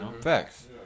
Facts